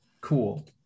Cool